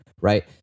right